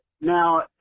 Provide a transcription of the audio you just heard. Now